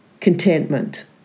Contentment